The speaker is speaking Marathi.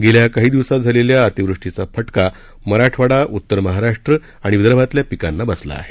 गेल्या काही दिवसांत झालेल्या अतिवृष्टीचा फटका मराठवाडा उत्तर महाराष्ट्र आणि विदर्भातल्या पिकांना बसला आहे